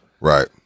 Right